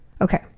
Okay